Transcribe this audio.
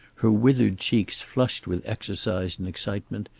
her withered cheeks flushed with exercise and excitement,